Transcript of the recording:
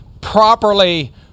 properly